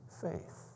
faith